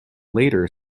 later